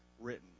written